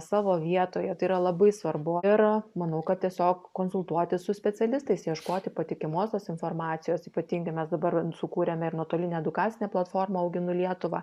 savo vietoje tai yra labai svarbu ir manau kad tiesiog konsultuotis su specialistais ieškoti patikimos tos informacijos ypatingai mes dabar sukūrėme ir nuotolinę edukacinę platformą auginu lietuvą